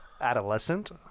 adolescent